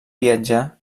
viatjar